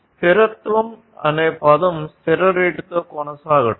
స్థిరత్వం అనే పదం స్థిర రేటుతో కొనసాగడం